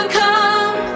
come